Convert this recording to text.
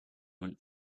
went